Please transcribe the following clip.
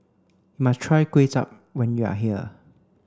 must try Kuay Chap when you are here